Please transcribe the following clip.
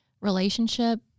relationship